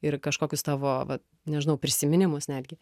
ir kažkokius tavo vat nežinau prisiminimus netgi